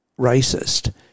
racist